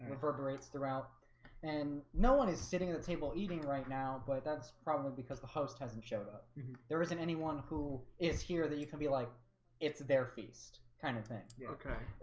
reverberates throughout and no one is sitting at the table eating right now but that's probably because the host hasn't showed up there isn't anyone who is here that you can be like it's their feast kind of thing yeah okay?